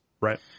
right